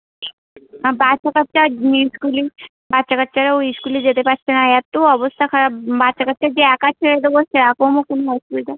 বাচ্চা কাচ্চা স্কুল বাচ্চা কাচ্চারাও স্কুলে যেতে পারছে না এতো অবস্থা খারাপ বাচ্চা কাচ্চা যে একা ছেড়ে দেবো সেরাকমও কোনো অসুবিধা